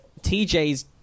TJ's